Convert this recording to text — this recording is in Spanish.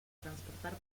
transportar